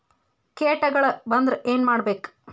ಕೇಟಗಳ ಬಂದ್ರ ಏನ್ ಮಾಡ್ಬೇಕ್?